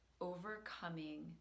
overcoming